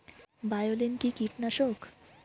বায়োলিন কি কীটনাশক?